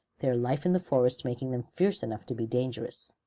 their life in the forest making them fierce enough to be dangerous.